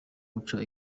guca